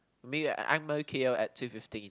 meet you at Ang-Mo-Kio at two fifteen